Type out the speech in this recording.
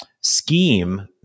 scheme